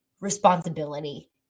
responsibility